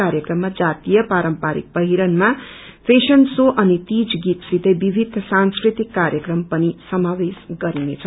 कार्यक्रममा जातिय पारम्परिक पहियरनमा फेशन शो अनि तीज गीत सितै विविध सांस्कृतिक कार्यक्रम पनि सामावेश गरिनेछ